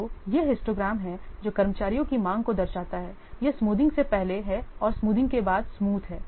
तो यह हिस्टोग्राम है जो कर्मचारियों की मांग को दर्शाता है यह स्मूथिंग से पहले है और स्मूथिंग के बाद स्मूथ है